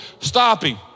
stopping